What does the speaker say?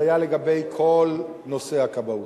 שהיה לגבי כל נושא הכבאות.